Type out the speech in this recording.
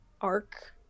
arc